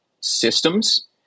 systems